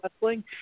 Wrestling